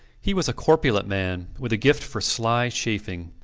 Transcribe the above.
he was a corpulent man, with a gift for sly chaffing,